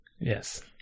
yes